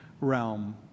realm